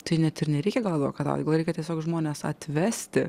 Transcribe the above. tai net ir nereikia gal advokataut gal reikia tiesiog žmones atvesti